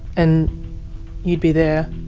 and you'd be there,